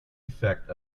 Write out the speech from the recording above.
effect